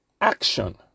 action